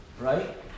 right